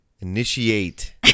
Initiate